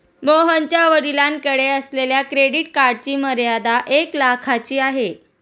मोहनच्या वडिलांकडे असलेल्या क्रेडिट कार्डची मर्यादा एक लाखाची आहे